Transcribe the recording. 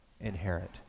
inherit